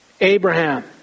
Abraham